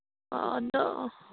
ꯑꯗꯣ